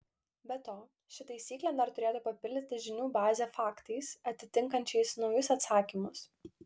be to ši taisyklė dar turėtų papildyti žinių bazę faktais atitinkančiais naujus atsakymus